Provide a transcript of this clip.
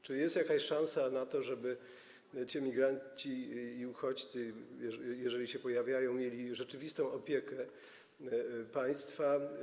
Czy jest jakaś szansa na to, żeby ci emigranci i uchodźcy, jeżeli się pojawiają, mieli rzeczywistą opiekę państwa?